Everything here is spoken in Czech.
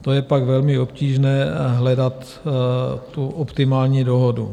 To je pak velmi obtížné hledat tu optimální dohodu.